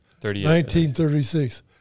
1936